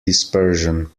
dispersion